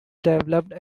developed